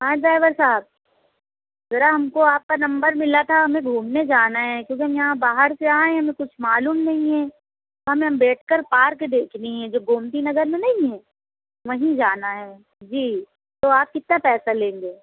ہاں ڈرائیور صاحب ذرا ہم کو آپ کا نمبر ملا تھا ہمیں گھومنے جانا ہے کیوںکہ ہم یہاں باہر سے آئے ہیں ہمیں کچھ معلوم نہیں ہے ہمیں امبیدکر پارک دیکھنی ہے جو گومتی نگر میں نہیں ہے وہیں جانا ہے جی تو آپ کتنا پیسہ لیں گے